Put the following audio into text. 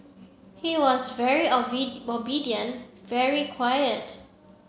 he was very obedient very quiet